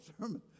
sermon